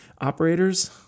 operators